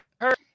hurt